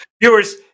Viewers